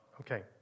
Okay